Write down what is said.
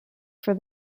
for